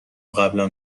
قبلا